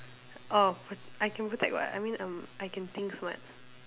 orh p~ I can protect [what] I mean um I can think smart